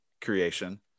creation